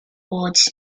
boards